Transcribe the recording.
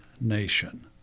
nation